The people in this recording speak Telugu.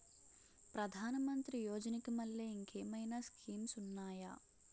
ప్రధాన మంత్రి యోజన కి మల్లె ఇంకేమైనా స్కీమ్స్ ఉన్నాయా?